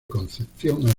concepción